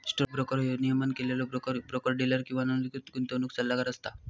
stock broker ह्यो नियमन केलेलो ब्रोकर, ब्रोकर डीलर किंवा नोंदणीकृत गुंतवणूक सल्लागार असता